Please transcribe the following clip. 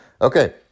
Okay